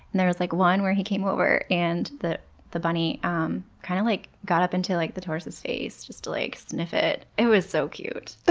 there was like one where he came over and the the bunny um kind of like got up into like the tortoise's face just to like sniff it. it was so cute. aw!